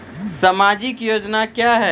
समाजिक योजना क्या हैं?